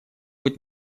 быть